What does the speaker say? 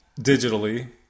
digitally